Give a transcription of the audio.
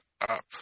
up